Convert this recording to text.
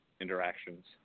interactions